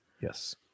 Yes